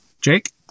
Jake